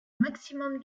maximum